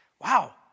Wow